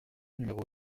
numéro